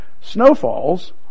Snowfalls